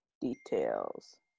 details